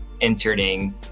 Inserting